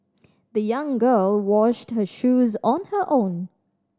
the young girl washed her shoes on her own